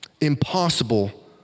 impossible